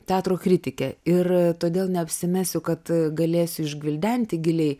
teatro kritikė ir todėl neapsimesiu kad galėsiu išgvildenti giliai